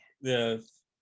Yes